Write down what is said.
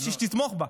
בשביל שתתמוך בה,